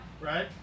right